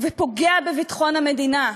ופוגע בביטחון המדינה.